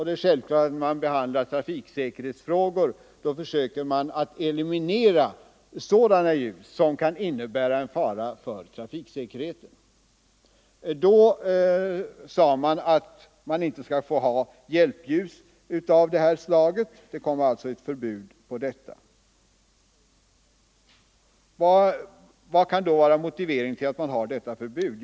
Det är självklart att när man behandlar trafiksäkerhetsfrågor försöker man eliminera sådana ljus som kan innebära en fara för trafiksäkerheten. Därför bestämdes det att hjälpljus av det här slaget inte skall få användas, och det kom alltså ett förbud. Vilken är då motiveringen till detta förbud?